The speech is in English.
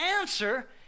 answer